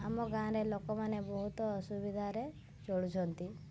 ଆମ ଗାଁରେ ଲୋକମାନେ ବହୁତ ଅସୁବିଧାରେ ଚଳୁଛନ୍ତି